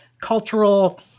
cultural